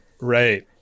Right